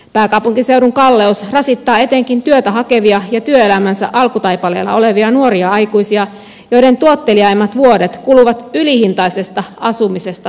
pääkaupunkiseudun kalleus rasittaa etenkin työtä hakevia ja työelämänsä alkutaipaleella olevia nuoria aikuisia joiden tuotteliaimmat vuodet kuluvat ylihintaisesta asumisesta selviämiseen